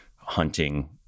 hunting